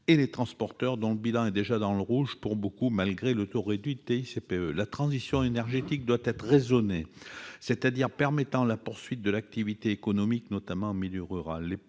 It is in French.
et les transporteurs, dont le bilan est déjà souvent dans le rouge malgré le taux réduit de TICPE. La transition énergétique doit être raisonnée, c'est-à-dire qu'elle doit permettre la poursuite de l'activité économique, notamment en milieu rural.